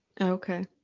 Okay